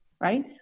right